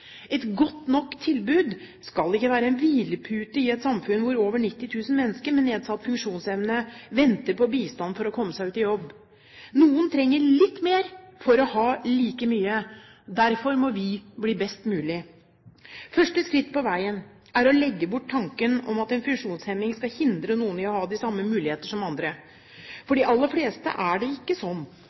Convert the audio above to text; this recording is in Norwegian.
Et «godt nok» tilbud skal ikke være en hvilepute i et samfunn hvor over 90 000 mennesker med nedsatt funksjonsevne venter på bistand for å komme seg ut i jobb. Noen trenger litt mer for å ha like mye. Derfor må vi bli best mulig. Første skritt på veien er å legge bort tanken om at en funksjonshemning skal hindre noen i å ha de samme muligheter som andre. For de aller fleste er det ikke sånn.